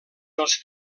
els